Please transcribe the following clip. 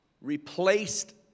replaced